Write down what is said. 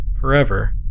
forever